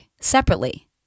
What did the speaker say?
separately